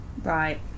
Right